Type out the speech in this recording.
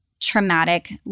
traumatic